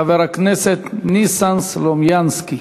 חבר הכנסת ניסן סלומינסקי.